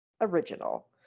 original